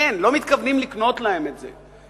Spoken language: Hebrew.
אין, לא מתכוונים לקנות להם את זה.